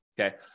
Okay